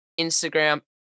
Instagram